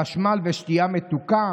חשמל ושתייה מתוקה,